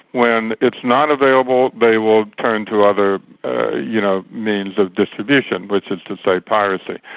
when it's not available they will turn to other you know means of distribution, which is to say piracy.